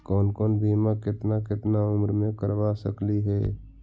कौन कौन बिमा केतना केतना उम्र मे करबा सकली हे?